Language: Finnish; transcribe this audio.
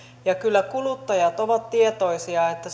ja kyllä kuluttajat ovat tietoisia että